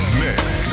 mix